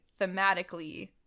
thematically